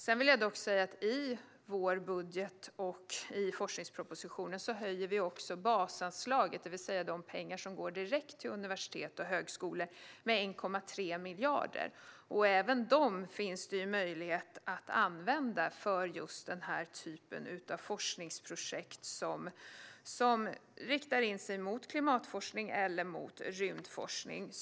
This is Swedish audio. Jag vill dock säga att vi i vår budget och i forskningspropositionen också höjer basanslaget, det vill säga de pengar som går direkt till universitet och högskolor, med 1,3 miljarder. Även dem finns det ju möjlighet att använda för den här typen av forskningsprojekt, som riktar in sig mot klimatforskning eller rymdforskning.